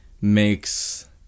makes